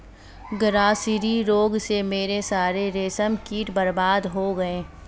grasserie रोग से मेरे सारे रेशम कीट बर्बाद हो गए